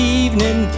evening